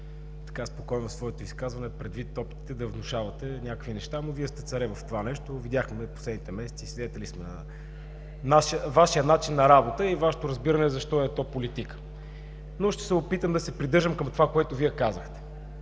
спокоен в своето изказване, предвид опита да внушавате някои неща, но Вие сте царе в това нещо. Видяхме го в последните месеци, свидетели сме на Вашия начин на работа и Вашето разбиране за що е то политика? Но ще се опитам да се придържам към това, което Вие казахте.